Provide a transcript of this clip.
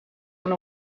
una